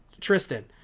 Tristan